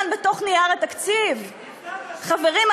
להפריע, חברים.